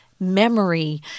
Memory